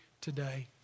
today